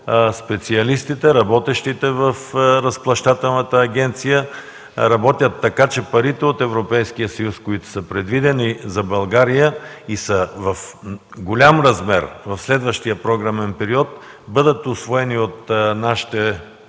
специалистите, работещите в Разплащателната агенция, работят така, че парите от Европейския съюз, които са предвидени за България и са в голям размер, в следващия програмен период бъдат усвоени от нашите